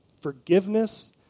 Forgiveness